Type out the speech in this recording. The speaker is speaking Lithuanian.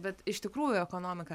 bet iš tikrųjų ekonomika